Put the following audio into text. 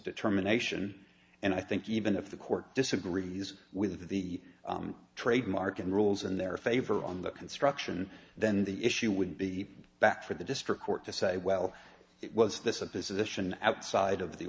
determination and i think even if the court disagrees with the trademark and rules in their favor on the construction then the issue would be back for the district court to say well it was this a position outside of the